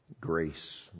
Grace